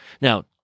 Now